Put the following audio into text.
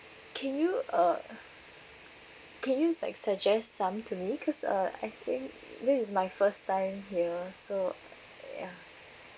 can you uh can you like suggest some to me cause uh I think this is my first time ya so yeah